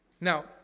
Now